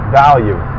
value